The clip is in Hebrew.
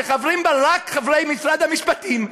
שחברים בה רק חברי משרד המשפטים,